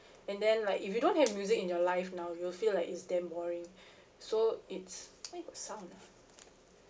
and then like if you don't have music in your life now you will feel like it's damn boring so it's make of sound